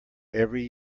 every